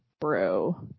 bro